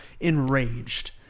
enraged